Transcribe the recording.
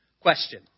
question